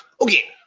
Okay